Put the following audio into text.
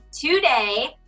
today